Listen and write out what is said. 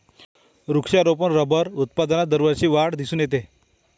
वृक्षारोपण रबर उत्पादनात दरवर्षी वाढ दिसून येते